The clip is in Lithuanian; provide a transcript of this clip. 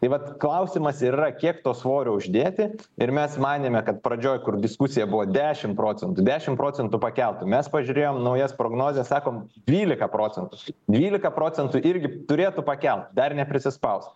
tai vat klausimas ir yra kiek to svorio uždėti ir mes manėme kad pradžioj kur diskusija buvo dešim procentų dešim procentų pakelt mes pažiūrėjom naujas prognozes sakom dvylika procentų dvylika procentų irgi turėtų pakelt dar neprisispaustų